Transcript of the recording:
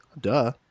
Duh